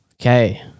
Okay